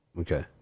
Okay